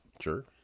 Sure